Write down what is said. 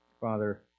Father